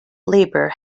labor